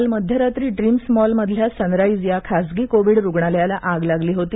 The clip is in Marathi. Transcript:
काल मध्यरात्री ड्रीम्स मॉलमधल्या सनराईज या खाजगी कोविड रुग्णालयाला आग लागली होती